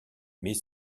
met